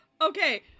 Okay